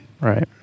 Right